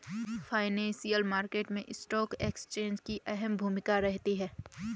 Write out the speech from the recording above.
financial market मैं stock exchange की अहम भूमिका रहती है